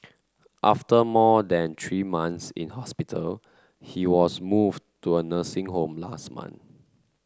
after more than three months in hospital he was moved to a nursing home last month